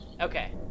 Okay